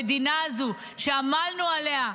המדינה הזו, שעמלנו עליה,